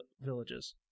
villages